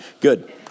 Good